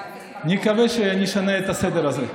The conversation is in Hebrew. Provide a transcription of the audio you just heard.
נקווה שנשנה את הסדר הזה.